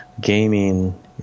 Gaming